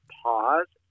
pause